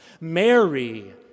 Mary